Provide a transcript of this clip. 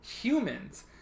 humans